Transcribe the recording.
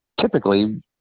typically